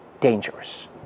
dangerous